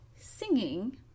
singing